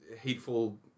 hateful